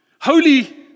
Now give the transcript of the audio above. holy